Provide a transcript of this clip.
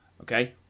Okay